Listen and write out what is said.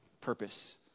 purpose